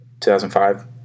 2005